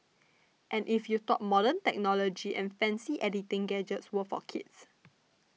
and if you thought modern technology and fancy editing gadgets were for kids